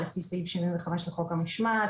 לפי סעיף 75 לחוק המשמעת.